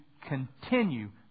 continue